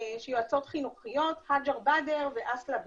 יועצות חינוכיות, הג'ר בדר ואסאלה ביסאן,